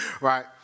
right